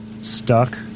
stuck